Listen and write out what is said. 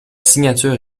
signature